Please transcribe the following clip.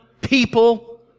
people